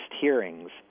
hearings